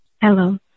Hello